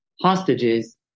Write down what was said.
hostages